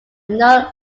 known